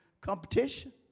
competition